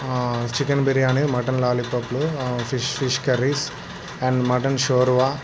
chicken biryani mutton లాలిపాప్లు fish fish curries and mutton shorba